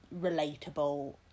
relatable